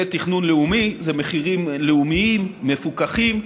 זה תכנון לאומי, זה מחירים לאומיים מפוקחים,